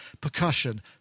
percussion